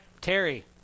Terry